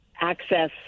access